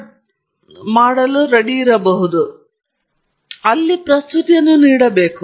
ಆದ್ದರಿಂದ ನೀವು ಮುಂದೆ ಹೋಗಬೇಕು ಮತ್ತು ಅಲ್ಲಿ ಪ್ರಸ್ತುತಿಯನ್ನು ನೀಡಬೇಕು